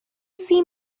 see